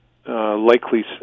Likely